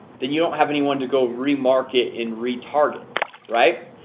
then you don't have anyone to go remark it and retarget right.